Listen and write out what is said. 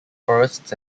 forests